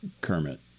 Kermit